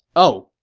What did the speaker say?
oh,